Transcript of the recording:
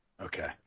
Okay